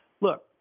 look